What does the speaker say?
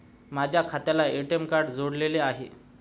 माझ्या खात्याला ATM card जोडलेले आहे